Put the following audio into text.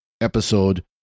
episode